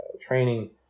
training